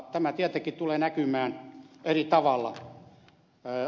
tämä tietenkin tulee näkymään eri tavalla